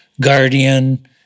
Guardian